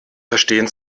verstehen